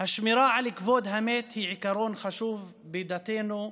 "השמירה על כבוד המת היא עיקרון חשוב בדתנו,